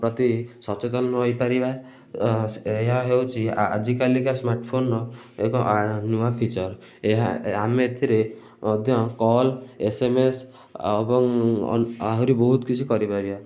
ପ୍ରତି ସଚେତନ ରହିପାରିବା ଏହା ହେଉଛି ଆଜିକାଲିକା ସ୍ମାର୍ଟ ଫୋନର ଏକ ନୂଆ ଫିଚର୍ ଏହା ଆମେ ଏଥିରେ ମଧ୍ୟ କଲ୍ ଏସ୍ ଏମ୍ ଏସ୍ ଏବଂ ଆହୁରି ବହୁତ କିଛି କରିପାରିବା